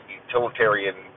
utilitarian